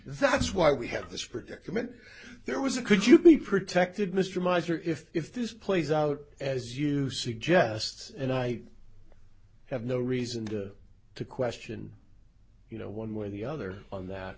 that's why we have this predicament there was a could you be protected mr miser if if this plays out as you suggest and i have no reason to question you know one way or the other on that